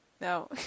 No